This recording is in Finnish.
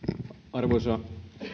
arvoisa